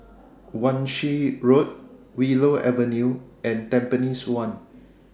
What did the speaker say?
Wan Shih Road Willow Avenue and Tampines one